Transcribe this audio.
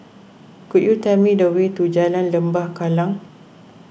could you tell me the way to Jalan Lembah Kallang